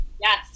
Yes